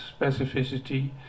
specificity